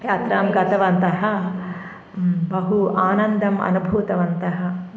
यात्रां गतवन्तः बहु आनन्दम् अनुभूतवन्तः